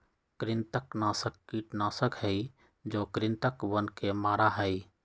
कृंतकनाशक कीटनाशक हई जो कृन्तकवन के मारा हई